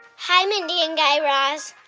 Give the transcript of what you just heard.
hi, mindy and guy raz.